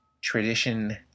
Tradition